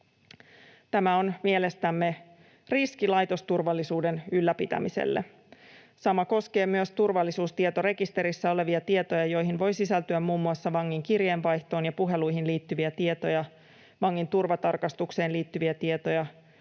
Tämä on mielestämme riski laitosturvallisuuden ylläpitämiselle. Sama koskee myös turvallisuustietorekisterissä olevia tietoja, joihin voi sisältyä muun muassa vangin kirjeenvaihtoon ja puheluihin liittyviä tietoja, vangin turvatarkastukseen liittyviä tietoja,